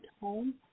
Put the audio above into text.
home